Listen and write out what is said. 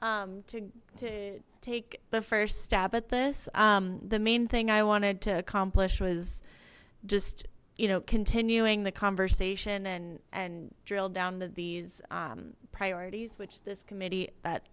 committee to take the first stab at this the main thing i wanted to accomplish was just you know continuing the conversation and and drill down to these priorities which this committee that